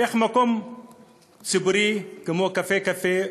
איך מקום ציבורי כמו "קפה קפה",